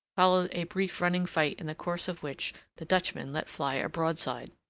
followed a brief running fight in the course of which the dutchman let fly a broadside.